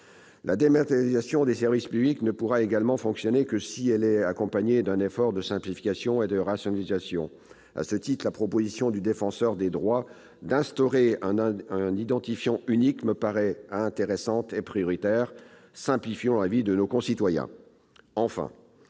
la dématérialisation des services publics pourra fonctionner seulement si elle s'accompagne d'un effort de simplification et de rationalisation. À ce titre, la proposition du Défenseur des droits d'instaurer un identifiant unique me paraît intéressante et prioritaire. Simplifions la vie de nos concitoyens ! Enfin,